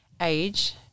age